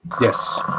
Yes